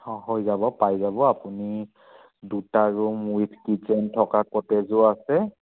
হ হৈ যাব পাই যাব আপুনি দুটা ৰুম উইথ কিটচেন থকা কটেজো আছে